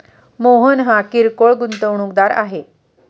मोहन हा किरकोळ गुंतवणूकदार आहे